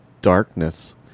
darkness